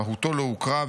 מהותו לא הוכרה,